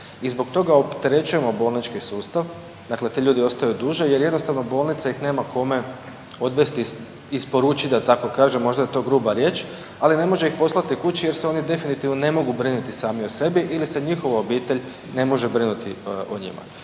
I zbog toga opterećujemo bolnički sustav, dakle ti ljudi ostaju dulje jer jednostavno bolnica ih nema kome odvesti, isporučiti da tako kažem možda je to gruba riječ, ali ne može ih poslati kući jer se oni definitivno ne mogu brinuti sami o sebi ili se njihova obitelj ne može brinuti o njima.